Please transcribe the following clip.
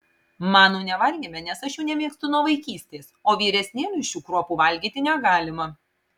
manų nevalgėme nes aš jų nemėgstu nuo vaikystės o vyresnėliui šių kruopų valgyti negalima